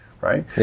right